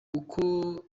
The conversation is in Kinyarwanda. uko